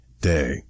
day